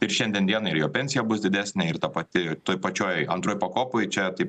ir šiandien dieną ir jo pensija bus didesnė ir ta pati toj pačioj antroj pakopoj čia taip